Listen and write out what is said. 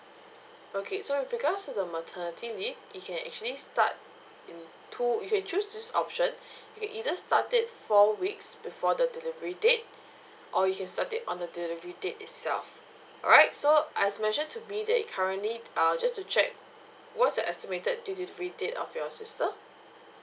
okay so with regards to the maternity leave you can actually start in two you can choose these options you can either start it four weeks before the delivery date or you can start it on the delivery date itself alright so as mentioned to me that you currently uh just to check what's the estimated due delivery date of your sister